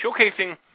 showcasing